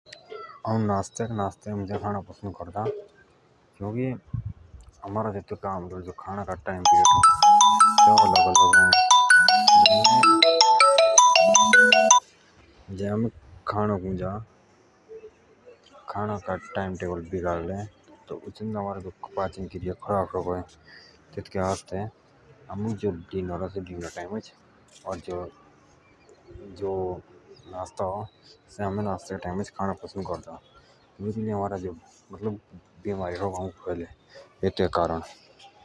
हाउ नास्तेक नास्ते मुझ खाणो पसंद करदा क्योंकि आमारा जो खाण का टाइम आ स्या अलग-अलग अ छे आणे खाण का टाइम बिगाडले तेतु लेइ आमारे पाचन क्रिया खराब सका हऐ तेतुके आस्ते रात्रि का खाणा रातिक और जो नाश्ता अ सेजा नाश्ते के टाइमच खाणो पसंद करदा नीत बीमारे शक फयले।